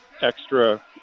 extra